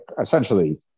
essentially